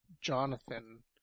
Jonathan